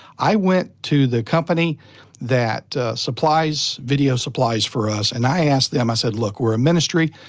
i went to the company that supplies video supplies for us, and i asked them, i said, look, we're a ministry,